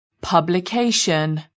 publication